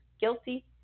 guilty